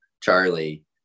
Charlie